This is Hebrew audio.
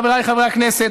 חבריי חברי הכנסת,